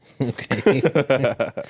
Okay